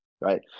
right